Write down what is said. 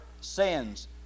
sins